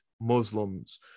Muslims